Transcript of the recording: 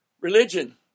religion